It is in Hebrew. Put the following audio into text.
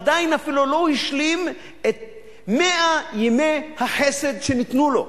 הוא עדיין אפילו לא השלים את מאה ימי החסד שניתנו לו,